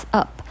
up